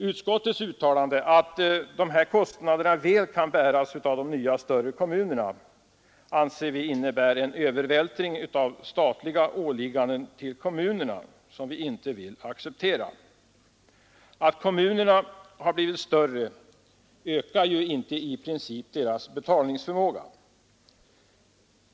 Utskottets uttalande att dessa kostnader väl kan bäras av de nya och större kommunerna innebär en övervältring av statliga åligganden till kommunerna som vi inte kan acceptera. Att kommunerna har blivit större ökar i princip inte deras betalningsförmåga.